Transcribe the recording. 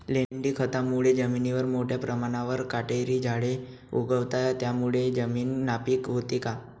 लेंडी खतामुळे जमिनीवर मोठ्या प्रमाणावर काटेरी झाडे उगवतात, त्यामुळे जमीन नापीक होते का?